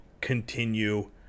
continue